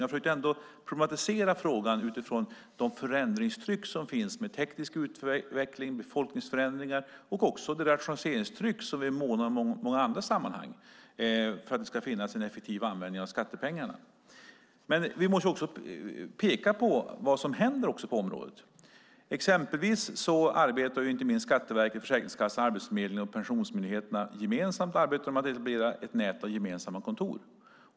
Jag försökte problematisera frågan utifrån det förändringstryck som finns i form av teknisk utveckling, befolkningsförändringar och de rationaliseringar som vi i många andra sammanhang månar om för att få en effektiv användning av skattepengarna. Dessutom måste vi peka på vad som händer på området. Inte minst arbetar Skatteverket, Försäkringskassan, Arbetsförmedlingen och Pensionsmyndigheten tillsammans för att etablera ett nät av gemensamma kontor.